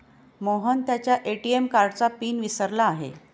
मोहन त्याच्या ए.टी.एम कार्डचा पिन विसरला आहे